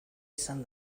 izan